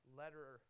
letter